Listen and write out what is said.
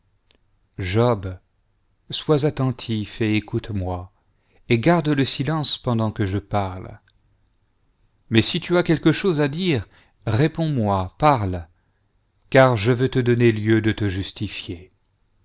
job sois attentif et écoute-moi et garde le silence pendant que je parle mais si tu as quelque chose à dire réponds-moi parle car je veux te donner lieu de te justifier